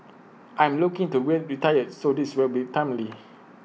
I am looking to retire so this will be timely